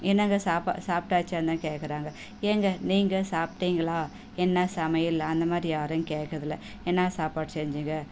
என்னாங்க சாப்பாடு சாப்பிட்டாச்சான்னு தான் கேட்குறாங்க ஏங்க நீங்கள் சாப்பிட்டீங்களா என்ன சமையல் அந்த மாதிரி யாரும் கேட்கறது இல்லை என்ன சாப்பாடு செஞ்சீங்க